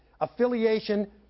Affiliation